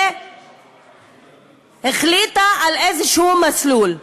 והחליטה על מסלול כלשהו.